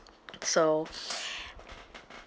so